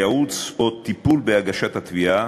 ייעוץ או טיפול בהגשת התביעה,